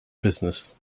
business